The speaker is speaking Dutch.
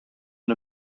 met